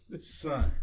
son